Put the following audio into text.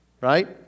Right